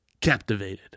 captivated